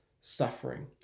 suffering